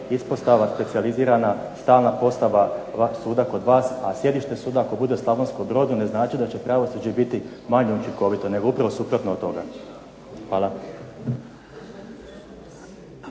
ispostava specijalizirana, stalna postava suda kod vas, a sjedište suda ako bude u Slavonskom Brodu ne znači da će pravosuđe biti manje učinkovito nego upravo suprotno od toga. Hvala.